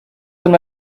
them